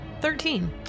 Thirteen